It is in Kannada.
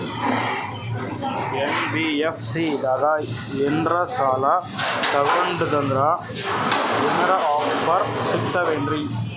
ಎನ್.ಬಿ.ಎಫ್.ಸಿ ದಾಗ ಏನ್ರ ಸಾಲ ತೊಗೊಂಡ್ನಂದರ ಏನರ ಆಫರ್ ಸಿಗ್ತಾವೇನ್ರಿ?